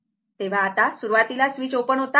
तर आता सुरुवातीला स्विच ओपन होता